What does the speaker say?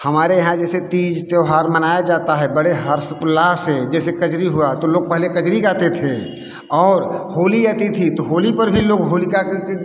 हमारे यहाँ जैसे तीज त्यौहार मनाया जाता है बड़े हर्ष उल्लास से जैसे कजरी हुआ तो लोग पहले कजरी गाते थे और होली आती थी तो होली पर भी लोग होलिका